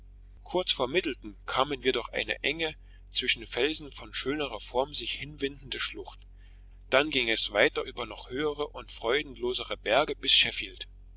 kurz vor middleton kamen wir durch eine enge zwischen felsen von schönerer form sich hinwindende schlucht dann ging es weiter über noch höhere und freudenlosere berge bis